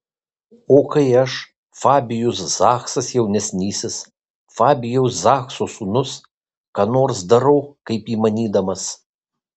o kai aš fabijus zachsas jaunesnysis fabijaus zachso sūnus ką nors darau kaip įmanydamas